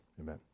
amen